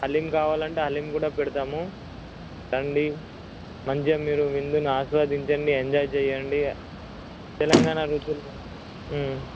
హలీమ్ కావలంటే హలీమ్ కూడా పెడతాము రండి మంచిగ మీరు విందుని ఆస్వాదించండి ఎంజాయ్ చేయండి తెలంగాణ రుచులు